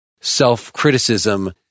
self-criticism